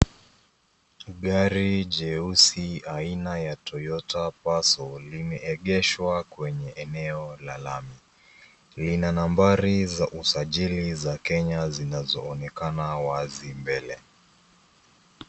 Gari jeusi aina ya Toyota Passo limeegeshwa kwenye eneo la lami. Lina nambari za usajili za Kenya zinazoonekana wazi mbele.